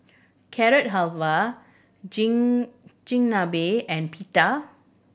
Carrot Halwa Chigenabe and Pita